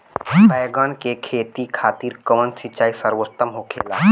बैगन के खेती खातिर कवन सिचाई सर्वोतम होखेला?